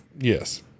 Yes